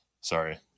Sorry